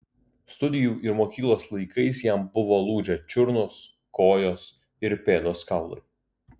studijų ir mokyklos laikais jam buvo lūžę čiurnos kojos ir pėdos kaulai